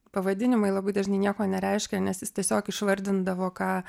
pavadinimai labai dažnai nieko nereiškia nes jis tiesiog išvargindavo ką